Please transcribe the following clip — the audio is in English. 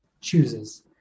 chooses